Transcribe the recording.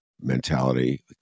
mentality